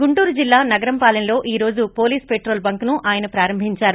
గుంటూరు జిల్లా నగరంపాలెంలో ఈ రోజు పోలీసు పెట్రోల్ బంక్ను ఆయన ప్రారంభించారు